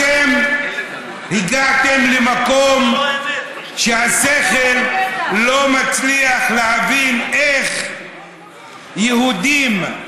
אתם הגעתם למקום שהשכל לא מצליח להבין איך יהודים,